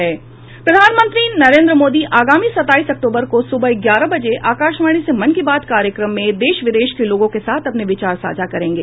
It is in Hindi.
प्रधानमंत्री नरेन्द्र मोदी आगामी सताईस अक्टूबर को सुबह ग्यारह बजे आकाशवाणी से मन की बात कार्यक्रम में देश विदेश के लोगों के साथ अपने विचार साझा करेंगे